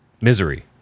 misery